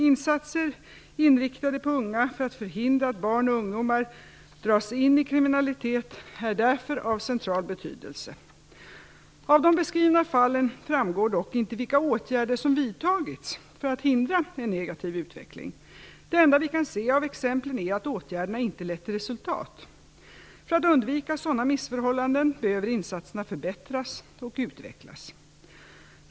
Insatser inriktade på unga för att förhindra att barn och ungdomar dras in i kriminalitet är därför av central betydelse. Av de beskrivna fallen framgår dock inte vilka åtgärder som vidtagits för att hindra en negativ utveckling. Det enda vi kan se av exemplen är att åtgärderna inte lett till resultat. För att undvika sådana missförhållanden behöver insatserna förbättras och utvecklas.